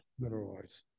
mineralize